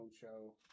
show